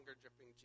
dripping